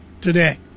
today